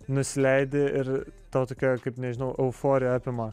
nusileidi ir tau tokia kaip nežinau euforija apima